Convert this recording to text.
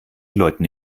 läuten